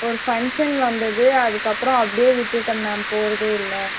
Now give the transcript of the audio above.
ஒரு ஃபங்க்ஷன் வந்தது அதற்கப்புறம் அப்படியே விட்டுவிட்டேன் மேம் போகறதே இல்லை